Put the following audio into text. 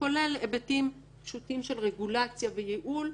כולל היבטים פשוטים של רגולציה וייעול,